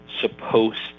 supposed